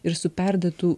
ir su perdėtu